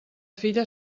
filla